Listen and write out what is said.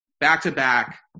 back-to-back